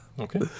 Okay